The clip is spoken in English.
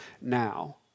now